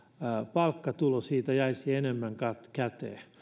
palkkatulosta jäisi enemmän käteen